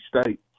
State